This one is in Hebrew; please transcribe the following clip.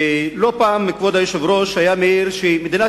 לא פעם כבוד היושב-ראש היה מעיר שמדינת